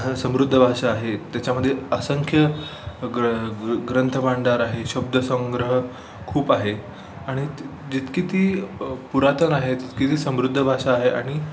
समृद्ध भाषा आहे त्याच्यामध्ये असंख्य ग्र ग्रंथभांडार आहे शब्दसंग्रह खूप आहे आणि ती जितकी ती पुरातन आहे तितकी ती समृद्ध भाषा आहे आणि